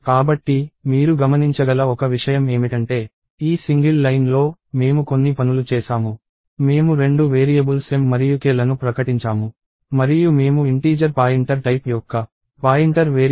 కాబట్టి మీరు గమనించగల ఒక విషయం ఏమిటంటే ఈ సింగిల్ లైన్లో మేము కొన్ని పనులు చేసాము మేము రెండు వేరియబుల్స్ m మరియు k లను ప్రకటించాము మరియు మేము ఇంటీజర్ పాయింటర్ టైప్ యొక్క పాయింటర్ వేరియబుల్ను కూడా ప్రకటించాము